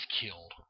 killed